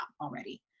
already